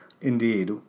Indeed